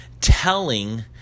telling